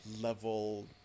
level